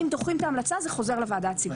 אם דוחים את ההמלצה זה חוזר לוועדה הציבורית.